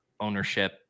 ownership